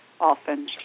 often